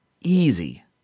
easy